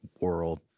world